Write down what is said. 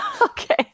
Okay